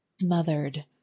smothered